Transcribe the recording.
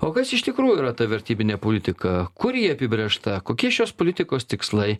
o kas iš tikrųjų yra ta vertybinė politika kur ji apibrėžta kokie šios politikos tikslai